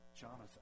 Jonathan